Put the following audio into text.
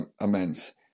immense